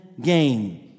game